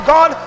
God